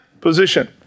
position